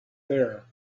there